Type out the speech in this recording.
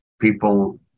people